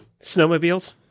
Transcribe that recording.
Snowmobiles